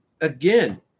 again